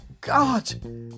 God